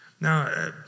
Now